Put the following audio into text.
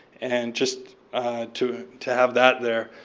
and just to to have that there.